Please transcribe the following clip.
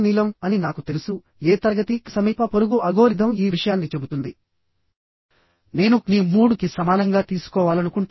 కాబట్టి వీలైనన్ని ఆప్షన్స్ ని ఎంచుకొని అత్యంత క్రిటికల్ సెక్షన్ ని కనుక్కోవాలి